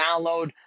download